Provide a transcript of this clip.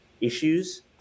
issues